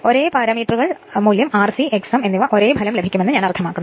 ഒരേ പാരാമീറ്ററുകൾ മൂല്യം R c X m എന്നിവ ഒരേ ഫലം ലഭിക്കുമെന്ന് ഞാൻ അർത്ഥമാക്കുന്നു